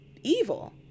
evil